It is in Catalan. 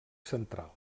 central